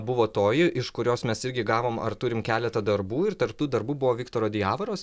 buvo toji iš kurios mes irgi gavom ar turim keletą darbų ir tarp tų darbų buvo viktoro diavaros